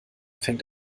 fängt